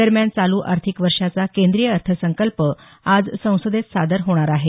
दरम्यान चालू आर्थिक वर्षाचा केंद्रीय अर्थसंकल्प आज संसदेत सादर होणार आहे